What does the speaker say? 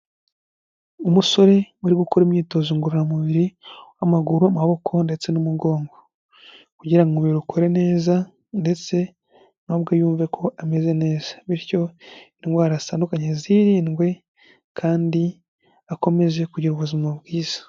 Umusore uri gukora imyitozo ngororamubiri amaguru, amaboko ndetse n'umugongo. Kugira umubiri ukore neza ndetse na we ubwe yumve ko ameze neza, bityo indwara zitandukanye zirindwe kandi akomeze kugira ubuzima bwiza.